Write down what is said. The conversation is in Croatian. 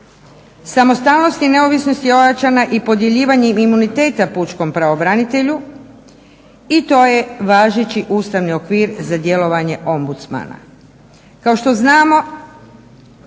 Samostalnost i neovisnost je ojačana i podjeljivanjem imuniteta pučkom pravobranitelju i to je važeći ustavni okvir za djelovanje ombudsmana.